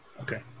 Okay